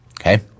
Okay